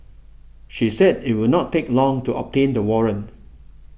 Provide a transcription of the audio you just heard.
she said it would not take long to obtain the warrant